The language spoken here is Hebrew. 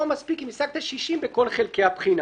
או מספיק אם השגת 60 בכל חלקי הבחינה.